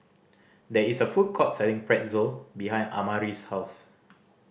there is a food court selling Pretzel behind Amari's house